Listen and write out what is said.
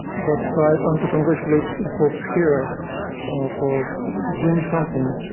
but so and congratulate the folks here for doing something